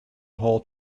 whole